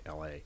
LA